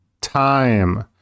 time